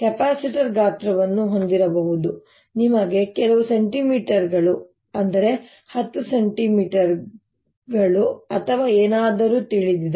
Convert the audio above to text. capacitor ಗಾತ್ರವನ್ನು ಹೊಂದಿರಬಹುದು ನಿಮಗೆ ಕೆಲವು ಸೆಂಟಿಮೀಟರ್ಗಳು 10 ಸೆಂಟಿಮೀಟರ್ಗಳು ಅಥವಾ ಏನಾದರೂ ತಿಳಿದಿದೆ